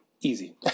easy